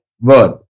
word